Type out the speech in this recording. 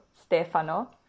stefano